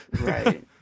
Right